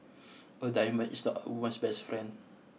a diamond is not a woman's best friend